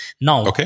Now